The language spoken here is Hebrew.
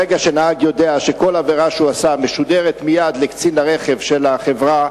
ברגע שנהג יודע שכל עבירה שהוא עשה משודרת מייד לקצין הרכב של החברה,